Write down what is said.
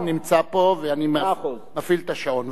שר המשפטים נמצא פה, ואני מפעיל את השעון.